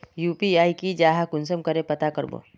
UPI की जाहा कुंसम करे पता करबो?